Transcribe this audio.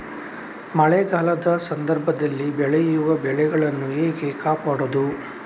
ಮಳೆಗಾಲದ ಸಂದರ್ಭದಲ್ಲಿ ಬೆಳೆಯುವ ಬೆಳೆಗಳನ್ನು ಹೇಗೆ ಕಾಪಾಡೋದು?